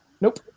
Nope